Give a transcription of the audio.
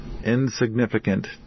Insignificant